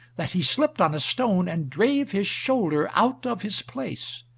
that he slipped on a stone, and drave his shoulder out of his place.